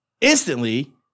instantly